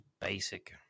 basic